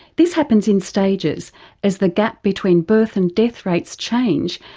this happens in stages as the gap between birth and death rates change,